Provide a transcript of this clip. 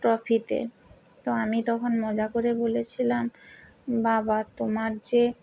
ট্রফিতে তো আমি তখন মজা করে বলেছিলাম বাবা তোমার যে